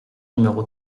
numéro